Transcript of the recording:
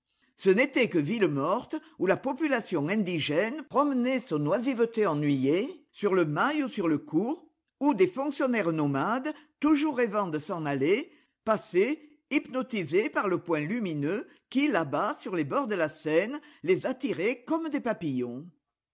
ce n'étaient que villes mortes oii la population indigène promenait son oisiveté ennuyée sur le mail ou sur le cours oh des fonctionnaires nomades toujours rêvant de s'en aller passaient hypnotisés par le point lumineux qui là-bas sur les bords de la seine les attirait comme des papillons